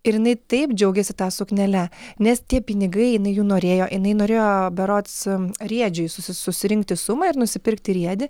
ir jinai taip džiaugėsi tą suknele nes tie pinigai jinai jų norėjo jinai norėjo berods riedžiui susi susirinkti sumą ir nusipirkti riedį